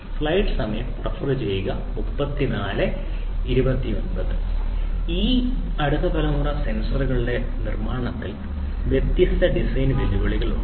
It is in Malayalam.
ഈ ബുദ്ധിമാനായ അടുത്ത തലമുറ സെൻസറുകളുടെ നിർമ്മാണത്തിൽ വ്യത്യസ്ത ഡിസൈൻ വെല്ലുവിളികൾ ഉണ്ട്